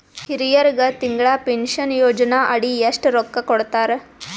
ಹಿರಿಯರಗ ತಿಂಗಳ ಪೀನಷನಯೋಜನ ಅಡಿ ಎಷ್ಟ ರೊಕ್ಕ ಕೊಡತಾರ?